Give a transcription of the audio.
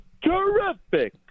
terrific